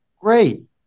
Great